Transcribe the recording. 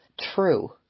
true